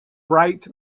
bright